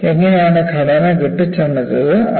എങ്ങനെയാണ് ഘടന കെട്ടിച്ചമച്ചത്